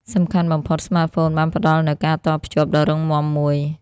សំខាន់បំផុត ស្មាតហ្វូនបានផ្តល់នូវ ការតភ្ជាប់ ដ៏រឹងមាំមួយ។